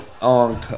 On